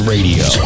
Radio